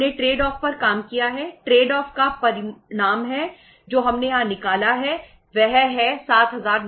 trade off का परिणाम है जो हमने यहां निकाला है वह है 7950